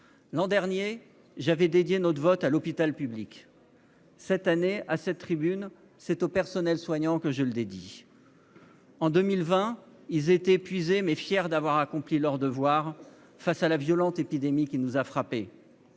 L'an dernier, j'avais dédié notre vote à l'hôpital public. Cette année, à cette tribune, c'est au personnel soignant que je le dédie. En 2020, les soignants étaient épuisés, mais fiers d'avoir accompli leur devoir face à la violente épidémie qui nous avait frappés.